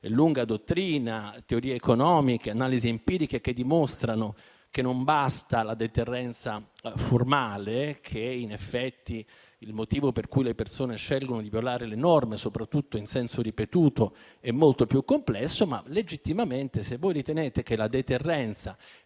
lunga dottrina, teorie economiche ed analisi empiriche che dimostrano che non basta la deterrenza formale e che, in effetti, il motivo per cui le persone scelgono di violare le norme, soprattutto se lo fanno ripetutamente, è molto più complesso. Se però legittimamente ritenete che la deterrenza,